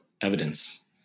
evidence